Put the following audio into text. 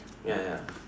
ya ya